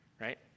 right